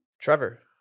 Trevor